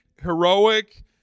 heroic